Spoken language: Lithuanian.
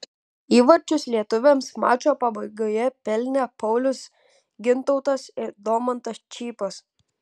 įvarčius lietuviams mačo pabaigoje pelnė paulius gintautas ir domantas čypas